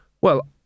Well